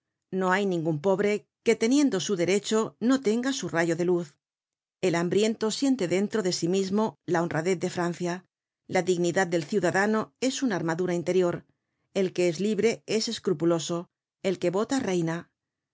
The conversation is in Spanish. no hay ningun pobre que teniendo su derecho no tenga su rayo de luz el hambriento siente dentro de sí mismo la honradez de francia la dignidad del ciudadano es una armadura interior el que es libre es escrupuloso el que vota reina